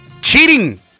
cheating